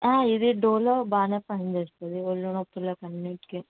ఇది డోలో బాగానే పనిచేస్తుంది ఒళ్ళు నొప్పులకి అన్నింటికీ